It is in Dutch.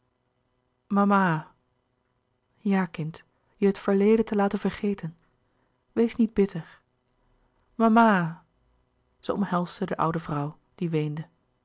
ja kind je het verleden te laten vergeten wees niet bitter mama zij omhelsde de oude vrouw die weende